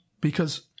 Because—